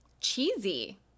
cheesy